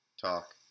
talk